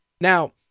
now